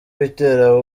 witera